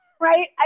right